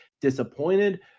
disappointed